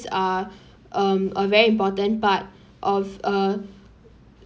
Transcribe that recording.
are um a very important part of uh